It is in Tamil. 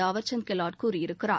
தாவர்சந்த் கெலாட் கூறியிருக்கிறார்